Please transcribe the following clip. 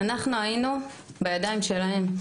אנחנו היינו בידיים שלהם.